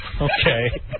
okay